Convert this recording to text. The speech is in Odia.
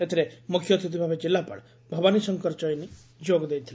ଏଥିରେ ମୁଖ୍ୟ ଅତିଥଭାବେ ଜିଲ୍ଲାପାଳ ଭବାନୀଶଙ୍କର ଚୟନୀ ଯୋଗଦେଇ ଥିଲେ